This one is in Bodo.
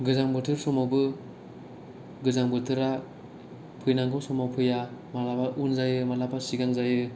गोजां बोथोर समावबो गोजां बोथोरा फैनांगौ समाव फैया मालाबा उन जायो मालाबा सिगां जायो